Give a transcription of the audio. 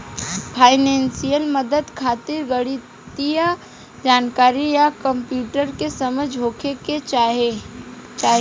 financial मदद खातिर गणितीय जानकारी आ कंप्यूटर के समझ होखे के चाही